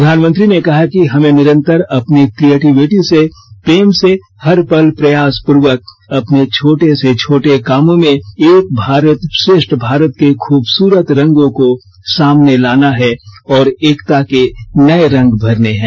प्रधानमंत्री ने कहा कि हमें निरंतर अपनी कियेटिविटी से प्रेम से हर पल प्रयास पूर्वक अपने छोटे से छोटे कामों में एक भारत श्रेश्ठ भारत के ख़बसरत रंगों को सामने लाना है और एकता के नये रंग भरने हैं